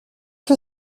que